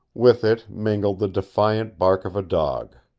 with it mingled the defiant bark of a dog.